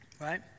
right